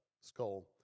skull